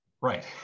Right